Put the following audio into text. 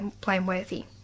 blameworthy